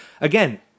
Again